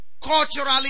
culturally